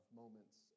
moments